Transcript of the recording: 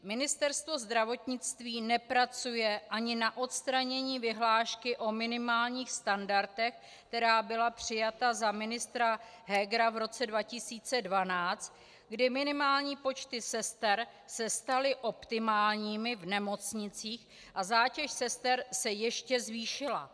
Ministerstvo zdravotnictví nepracuje ani na odstranění vyhlášky o minimálních standardech, která byla přijata za ministra Hegera v roce 2012, kdy minimální počty sester se staly optimálními v nemocnicích a zátěž sester se ještě zvýšila.